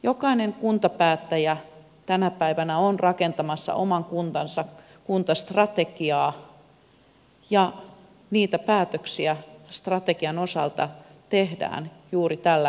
jokainen kuntapäättäjä tänä päivänä on rakentamassa oman kuntansa kuntastrategiaa ja niitä päätöksiä strategian osalta tehdään juuri tällä hetkellä